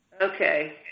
Okay